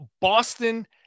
Boston